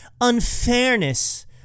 unfairness